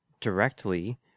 directly